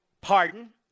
pardon